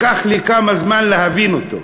לקח לי כמה זמן להבין אותו.